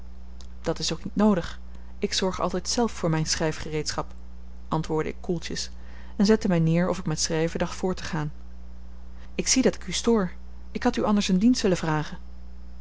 dat is ook niet noodig ik zorg altijd zelf voor mijn schrijfgereedschap antwoordde ik koeltjes en zette mij neer of ik met schrijven dacht voort te gaan ik zie dat ik u stoor ik had u anders een dienst willen vragen